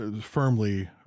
firmly